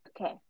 Okay